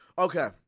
Okay